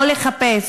או לחפש,